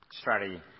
strategy